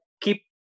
keep